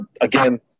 again